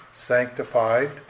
sanctified